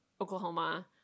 Oklahoma